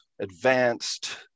advanced